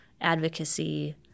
advocacy